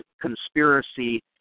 conspiracy